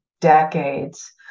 decades